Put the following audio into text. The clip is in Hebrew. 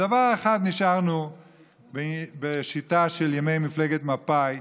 בדבר אחד נשארנו בשיטה של ימי מפלגת מפא"י,